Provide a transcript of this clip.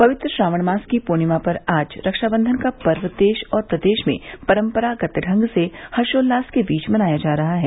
पवित्र श्रावण मास की पूर्णिमा पर आज रक्षाबंधन का पर्व देश और प्रदेश में परम्परागत ढंग से हर्षोल्लास के बीच मनाया जा रहा है